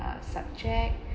a subject